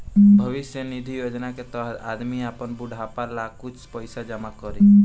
भविष्य निधि योजना के तहत आदमी आपन बुढ़ापा ला कुछ पइसा जमा करी